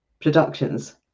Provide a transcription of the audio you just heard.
productions